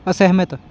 ਅਸਹਿਮਤ